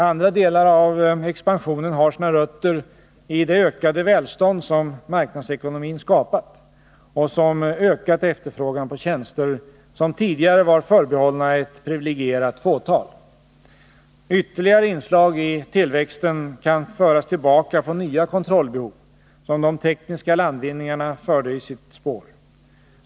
Andra delar av expansionen har sina rötter i det ökade tånd som marknadsekonomin skapat och som ökat efterfrågan på tjänster, som tidigare var förbehållna ett privilegierat fåtal. Ytterligare inslag i tillväxten kan föras tillbaka på nya kontrollbehov, som de tekniska landvinningarna förde i sitt spår.